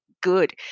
good